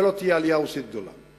ולא תהיה עלייה רוסית גדולה,